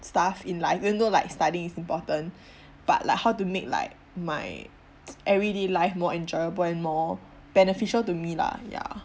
stuff in life even though like studying is important but like how to make like my everyday life more enjoyable and more beneficial to me lah ya